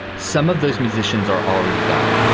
some of those musicians are already gone.